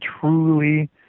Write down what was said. truly